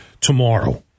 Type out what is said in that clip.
tomorrow